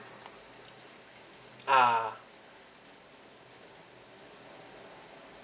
ah